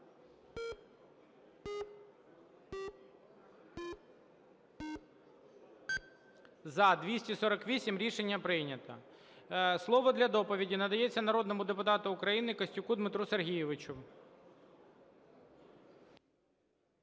За – 248 Рішення прийнято. Слово для доповіді надається народному депутату України Костюку Дмитру Сергійовичу.